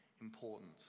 importance